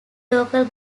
local